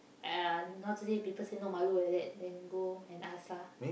!aiya! not to say people say not malu like that then go and ask lah